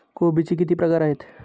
कोबीचे किती प्रकार आहेत?